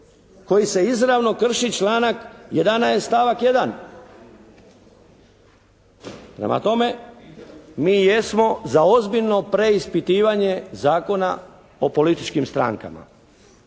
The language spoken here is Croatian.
koji se izravno krši članak 11. stavak 1. Prema tome mi jesmo za ozbiljno preispitivanje Zakona o političkim strankama.